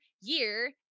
year